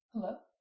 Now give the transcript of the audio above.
Hello